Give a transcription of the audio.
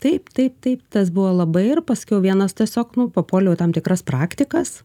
taip taip taip tas buvo labai ir paskiau vienas tiesiog nu papuoliau į tam tikras praktikas